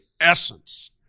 essence